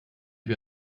wir